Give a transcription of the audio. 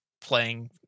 playing